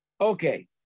Okay